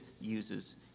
uses